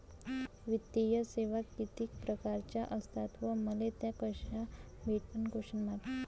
वित्तीय सेवा कितीक परकारच्या असतात व मले त्या कशा भेटन?